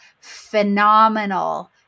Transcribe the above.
phenomenal